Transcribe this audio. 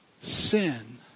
sin